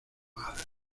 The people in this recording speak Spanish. madre